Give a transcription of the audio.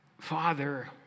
Father